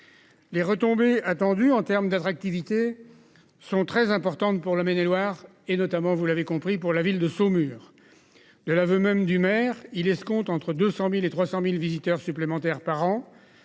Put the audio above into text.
Les retombées attendues en termes d'attractivité. Sont très importantes pour la Maine et Loire et notamment vous l'avez compris pour la ville de Saumur. De l'aveu même du maire il escompte entre 200.000 et 300.000 visiteurs supplémentaires par an.